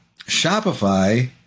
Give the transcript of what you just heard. Shopify